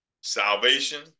salvation